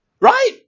right